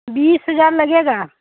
बीस हज़ार लगेगा